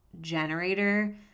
generator